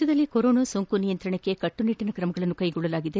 ರಾಜ್ಯದಲ್ಲಿ ಕೊರೊನಾ ಸೋಂಕು ನಿಯಂತ್ರಣಕ್ಕೆ ಕಟ್ಟುನಿಟ್ಟನ ಕ್ರಮಗಳನ್ನು ಕೈಗೊಳ್ಳಲಾಗಿದೆ